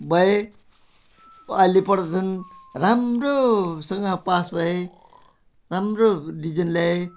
भए अहिले पढ्दैछन् राम्रोसँग पास भए राम्रो डिभिजन ल्याए